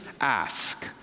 Ask